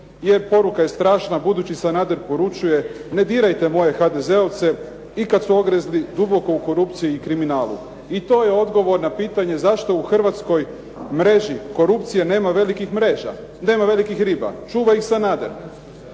jer poruka je strašna budući Sanader poručuje ne dirajte moje HDZ-ovce i kad su ogrezli duboko u korupciji i kriminalu. I to je odgovor na pitanje zašto u hrvatskoj mreži korupcije nema velikih riba. Čuva ih Sanader.